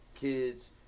kids